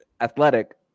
athletic